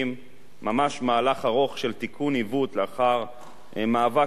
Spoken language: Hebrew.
ממש מהלך ארוך של תיקון עיוות, לאחר מאבק לא פשוט